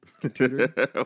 computer